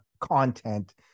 content